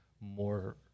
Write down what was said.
more